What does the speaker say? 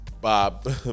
bob